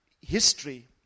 history